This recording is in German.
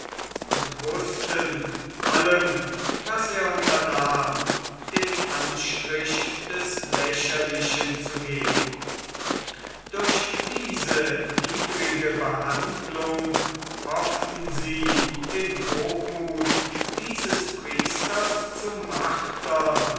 und wußten allem was er unternahm den anstrich des lächerlichen zu geben durch diese niedrige behandlung hofften sie den hochmuth dieses priesters zu martern